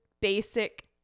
basic